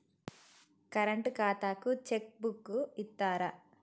Current ఖాతాకు cheque book ఇత్తరా?